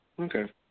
Okay